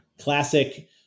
classic